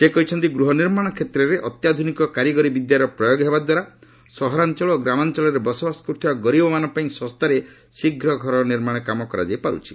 ସେ କହିଛନ୍ତି ଗୃହ ନିର୍ମାଣ କ୍ଷେତ୍ରରେ ଅତ୍ୟାଧୁନିକ କାରିଗରି ବିଦ୍ୟାର ପ୍ରୟୋଗ ହେବା ଦ୍ୱାରା ସହରାଞ୍ଚଳ ଓ ଗ୍ରାମାଞ୍ଚଳରେ ବସବାସ କରୁଥିବା ଗରିବମାନଙ୍କ ପାଇଁ ଶସ୍ତାରେ ଶୀଘ୍ର ଘର ନିର୍ମାଣ କାମ କରାଯାଇ ପାରୁଛି